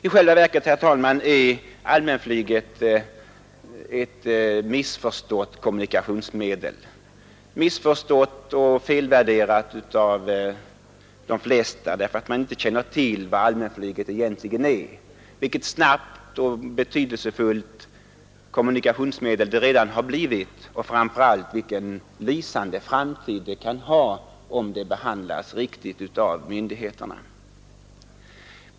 I själva verket, herr talman, är allmänflyget ett missförstått kommunikationsmedel, missförstått och felvärderat av de flesta, därför att man inte känner till vad allmänflyget egentligen är, vilket snabbt och betydelsefullt kommunikationsmedel det redan har blivit och framför allt vilken lysande framtid det kan ha om det behandlas riktigt av myndigheterna.